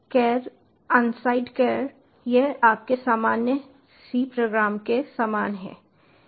कैर unsigned char यह आपके सामान्य C प्रोग्राम के समान है